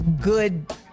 good